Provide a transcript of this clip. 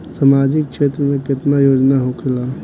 सामाजिक क्षेत्र में केतना योजना होखेला?